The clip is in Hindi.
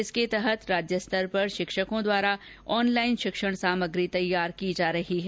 इसके तहत राज्य स्तर पर शिक्षकों द्वारा ऑनलाइन शिक्षण सामग्री तैयार की जा रही है